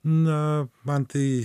na man tai